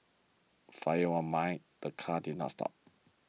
fired one mind the car did not stop